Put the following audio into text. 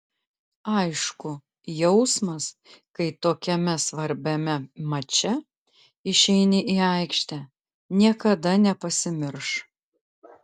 aišku jausmas kai tokiame svarbiame mače išeini į aikštę niekada nepasimirš